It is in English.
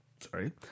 sorry